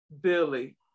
Billy